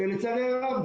לצערי הרב,